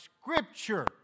Scripture